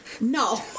No